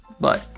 Bye